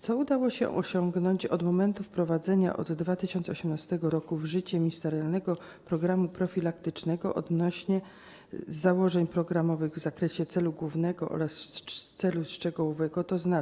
Co udało się osiągnąć od momentu wprowadzenia od 2018 r. ministerialnego programu profilaktycznego odnośnie do założeń programowych w zakresie celu głównego oraz celu szczegółowego, tzn.